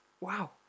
Wow